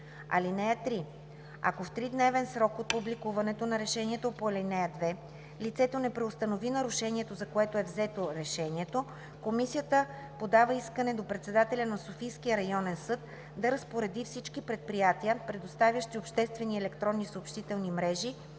(3) Ако в тридневен срок от публикуването на решението по ал. 2 лицето не преустанови нарушението, за което е взето решението, комисията подава искане до председателя на Софийския районен съд да разпореди всички предприятия, предоставящи обществени и електронни съобщителни мрежи